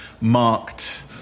marked